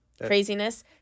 craziness